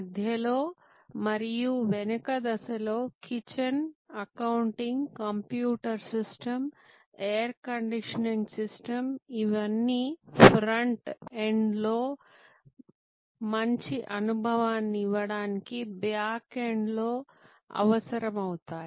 మధ్యలో మరియు వెనుక దశలో kitchen accounting computer system air condition system ఇవన్నీ ఫ్రంట్ ఎండ్ లో మంచి అనుభవాన్ని ఇవ్వడానికి బ్యాక్ ఎండ్లో అవసరమవుతాయి